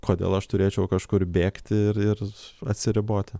kodėl aš turėčiau kažkur bėgti ir ir atsiriboti